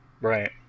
Right